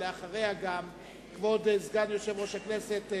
שלאחריה גם כבוד סגן יושב-ראש הכנסת,